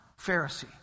Pharisee